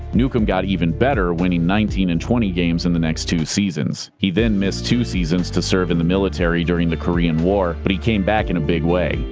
newcombe got even better, winning nineteen and twenty games in the next two seasons. he then missed two seasons to serve in the military during the korean war, but he came back in a big way.